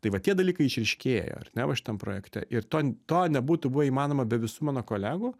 tai va tie dalykai išryškėjo ar ne va šitam projekte ir to to nebūtų buvę įmanoma be visų mano kolegų